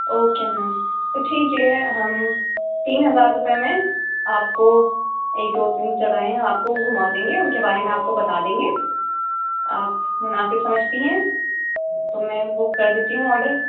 okay ma'am تو ٹھیک ہے ہم تین ہزار روپئے میں آپ کو یہ دو تین جگہیں ہیں آپ کو وہ گھما دیں گے ان کے بارے میں آپ کو بتا دیں گے آپ مناسب سمجھتی ہیں تو میں بک کر دیتی ہوں آڈر